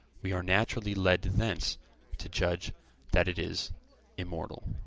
we are naturally led thence to judge that it is immortal.